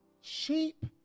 sheep